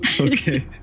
Okay